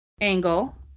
angle